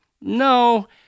no